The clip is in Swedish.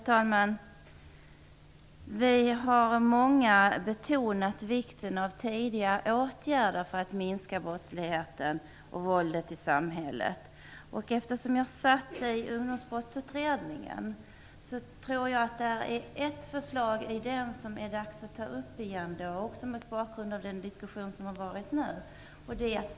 Herr talman! Vi har många betonat vikten av tidiga åtgärder för att minska brottsligheten och våldet i samhället. Jag var med i Ungdomsbrottsutredningen. Där var det ett förslag som det är dags att ta upp igen, också mot bakgrund av den diskussion som nu har förts.